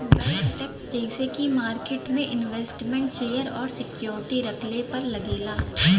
wealth tax जइसे की market में इन्वेस्टमेन्ट शेयर और सिक्योरिटी रखले पर लगेला